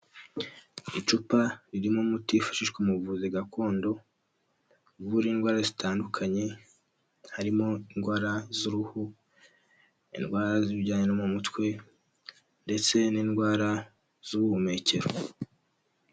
Icupa ririmo umuti wifashishwa mu buvuzi gakondo, uvura indwara zitandukanye, harimo indwara z'uruhu, indwara z'ibijyanye no mu mutwe ndetse n'indwara z'ubuhumekero.